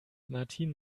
martine